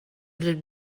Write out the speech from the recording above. den